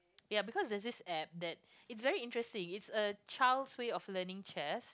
ya because there's this app that it's very interesting it's a child's way of learning chess